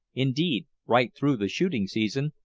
indeed right through the shooting season,